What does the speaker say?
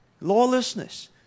lawlessness